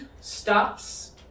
stops